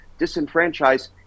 disenfranchise